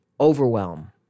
overwhelm